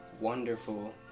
wonderful